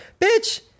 Bitch